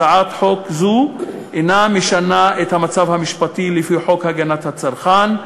הצעת חוק זו אינה משנה את המצב המשפטי לפי חוק הגנת הצרכן,